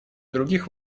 других